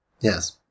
Yes